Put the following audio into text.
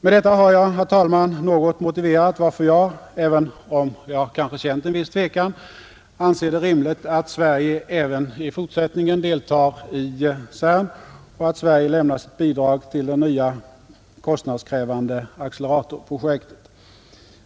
Med detta har jag, herr talman, något motiverat varför jag — även om jag känt en viss tvekan — anser det rimligt att Sverige även i fortsättningen deltar i CERN och att Sverige lämnar sitt bidrag till det nya kostnadskrävande acceleratorprojektet.